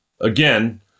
Again